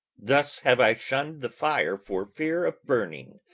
thus have i shunn'd the fire for fear of burning,